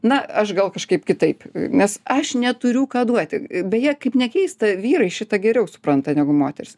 na aš gal kažkaip kitaip nes aš neturiu ką duoti beje kaip nekeista vyrai šitą geriau supranta negu moterys